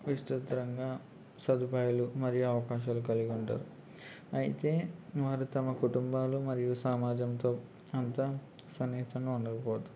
విస్తృతంగా సదుపాయాలు మరియు అవకాశాలు కలిగి ఉంటారు అయితే వారు తమ కుటుంబాలు మరియు సమాజంతో అంత సన్నితంగా ఉండకపొతుంది